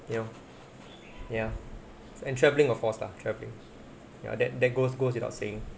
you know ya and travelling of course lah traveling ya that that goes goes without saying